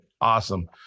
Awesome